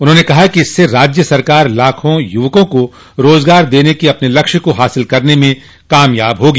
उन्होंने कहा कि इससे राज्य सरकार लाखों युवकों को रोजगार देने के अपने लक्ष्य को हासिल करने में कामयाब होगी